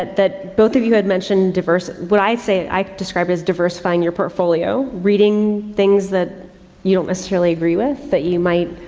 that that both of you had mentioned diverse, what i say, i describe it as diverse find your portfolio reading things that you don't necessarily agree with that you might,